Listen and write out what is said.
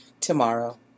tomorrow